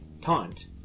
taunt